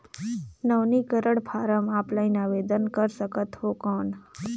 नवीनीकरण form offline आवेदन कर सकत हो कौन?